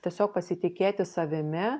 tiesiog pasitikėti savimi